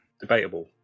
Debatable